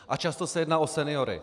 A často se jedná o seniory.